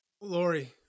Lori